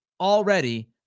already